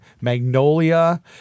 Magnolia